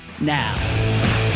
now